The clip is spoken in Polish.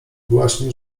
właśnie